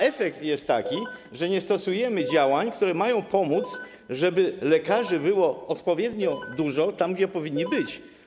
Efekt jest taki, że nie stosujemy działań, które mogą sprawić, że lekarzy będzie odpowiednio dużo tam, gdzie powinni być.